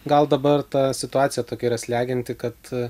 gal dabar ta situacija tokia yra slegianti kad